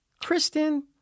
Kristen